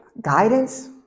Guidance